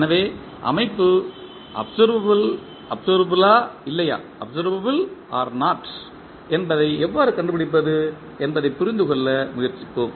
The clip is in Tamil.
எனவே அமைப்பு அப்சர்வபிலா இல்லையா என்பதை எவ்வாறு கண்டுபிடிப்பது என்பதைப் புரிந்து கொள்ள முயற்சிப்போம்